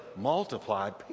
multiplied